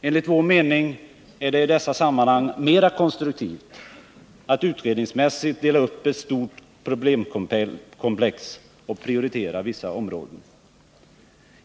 Enligt vår mening är det i dessa sammanhang mera konstruktivt att utredningsmässigt dela upp ett stort problemkomplex och prioritera vissa områden.